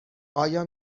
آیا